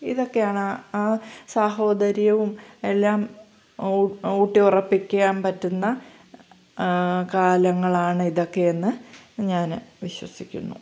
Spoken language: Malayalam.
ഇതൊക്കെയാണ് ആ സാഹോദര്യവും എല്ലാം ഊട്ടി ഉറപ്പിക്കാൻ പറ്റുന്ന കാലങ്ങളാണ് ഇതൊക്കെയെന്ന് ഞാൻ വിശ്വസിക്കുന്നു